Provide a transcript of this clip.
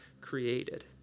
created